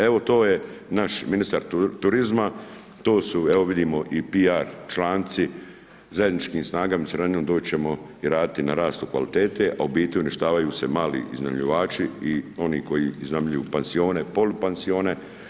Evo to je naš ministar turizma, to su, evo vidimo i PR članci, zajedničkim snagama i suradnjom doći ćemo i raditi na rastu kvalitete, a u biti uništavaju se mali iznajmljivači i oni koji iznajmljuju pansione i polupansione.